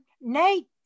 Nate